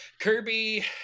Kirby